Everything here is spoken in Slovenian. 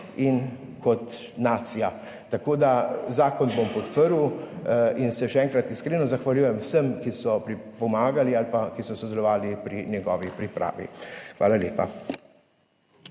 in kot nacija. Zakon bom podprl in se še enkrat iskreno zahvaljujem vsem, ki so pomagali ali ki so sodelovali pri njegovi pripravi. Hvala lepa.